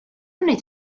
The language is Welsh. wneud